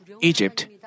Egypt